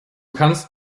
kannst